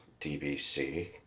DBC